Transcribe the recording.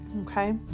Okay